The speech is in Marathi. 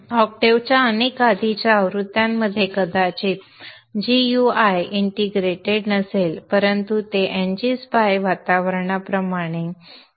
ऑक्टेव्ह च्या अनेक आधीच्या आवृत्त्यांमध्ये कदाचित gui इंटिग्रेटेड नसेल परंतु ते ngSpice वातावरणाप्रमाणे टर्मिनलवर कार्य करेल